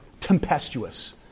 tempestuous